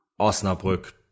Osnabrück